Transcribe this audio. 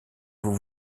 vous